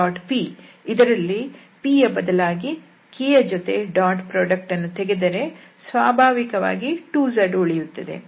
p ಇದರಲ್ಲಿ p ಯ ಬದಲಾಗಿ k ಯ ಜೊತೆ ಡಾಟ್ ಪ್ರಾಡಕ್ಟ್ ಅನ್ನು ತೆಗೆದರೆ ಸ್ವಾಭಾವಿಕವಾಗಿ 2z ಉಳಿಯುತ್ತದೆ